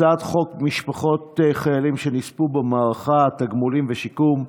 הצעת חוק משפחות חיילים שנספו במערכה (תגמולים ושיקום)